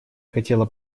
хотела